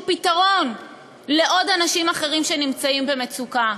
פתרון לאנשים אחרים שנמצאים במצוקה.